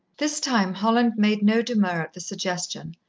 this time holland made no demur at the suggestion,